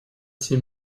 семь